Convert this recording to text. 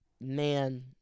man